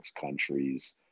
countries